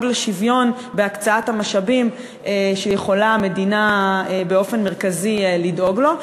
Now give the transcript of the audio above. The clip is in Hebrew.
לשוויון בהקצאת המשאבים כפי שיכולה המדינה באופן מרכזי לדאוג להם.